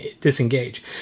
disengage